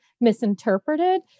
misinterpreted